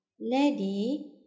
Lady